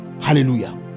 hallelujah